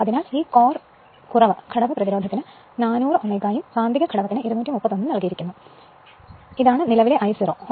അതിനാൽ ഈ കോർ കുറവ് ഘടക പ്രതിരോധത്തിന് 400 Ω ഉം കാന്തിക ഘടകത്തിന് 231 ഉം നൽകിയിരിക്കുന്നു Ω ഇതാണ് നിലവിലെ I 0